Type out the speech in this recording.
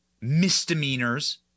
misdemeanors